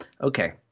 Okay